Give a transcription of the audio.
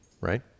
right